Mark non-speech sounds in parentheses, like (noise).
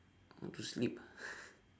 I want to sleep ah (laughs)